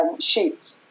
sheets